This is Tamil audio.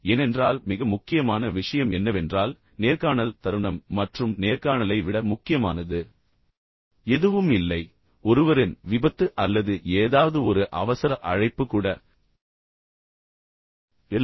ஏனென்றால் மிக முக்கியமான விஷயம் என்னவென்றால் நேர்காணல் தருணம் மற்றும் நேர்காணலை விட முக்கியமானது எதுவும் இல்லை ஒருவரின் விபத்து அல்லது ஏதாவது ஒரு அவசர அழைப்பு கூட இல்லை